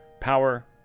power